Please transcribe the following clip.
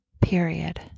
period